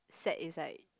sad is like